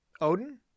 Odin